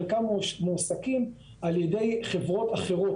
חלקם מועסקים על ידי חברות אחרות,